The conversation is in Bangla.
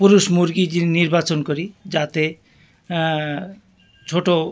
পুরুষ মুরগিটি নির্বাচন করি যাতে ছোটো